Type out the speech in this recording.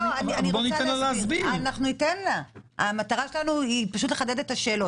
המטרה שלנו היא פשוט לחדד את השאלות.